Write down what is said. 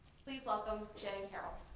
please welcome shannon carroll.